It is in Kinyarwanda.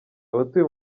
abatuye